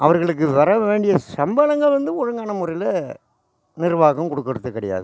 அவர்களுக்கு வர வேண்டிய சம்பளங்கள் வந்து ஒழுங்கான முறையில் நிர்வாகம் கொடுக்கறது கிடையாது